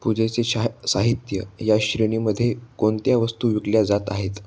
पूजेचे शा साहित्य या श्रेणीमध्ये कोणत्या वस्तू विकल्या जात आहेत